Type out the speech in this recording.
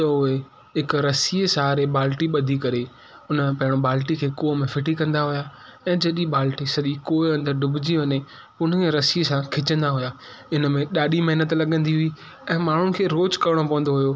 त उहे हिकु रसीअ सहारे बाल्टी बधी करे हुन पहिरां बाल्टी खे खूअं में फ़िटी कंदा हुया ऐं जॾहिं बाल्टी सॼी खूअं जे अंदरि ॾुबजी वञे हुनखे रसीअ सां छिकंदा हुया हिनमें ॾाढी महिनतु लॻंदी हुई ऐं माण्हुनि खे रोज करिणो पवंदो हुयो